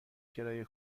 کرایه